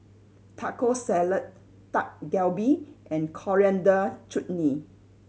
Taco Salad Dak Galbi and Coriander Chutney